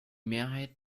mehrheit